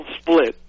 split